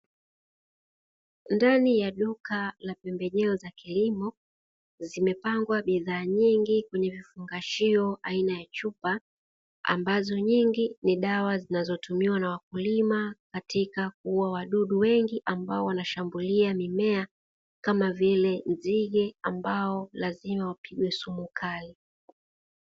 Ndani ya duka la pembejeo za kilimo ,zimepangwa bidhaa nyingi kwenye vifungashio aina ya chupa. Ambazo nyingi ni dawa zinazotumiwa na wakulima katika kuua wadudu wengi ambao wanashambulua mimea kama vile nzige ambao lazima wapigwe sumu kali.